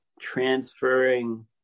transferring